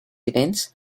events